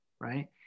right